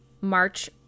March